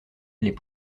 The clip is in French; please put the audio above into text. les